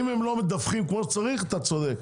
אם הם לא מדווחים כמו שצריך אתה צודק,